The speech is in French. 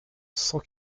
cent